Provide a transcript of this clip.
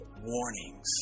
warnings